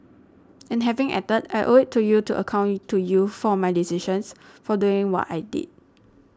and having acted I owe it to you to account to you for my decisions for doing what I did